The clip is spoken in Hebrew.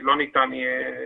שלא ניתן יהיה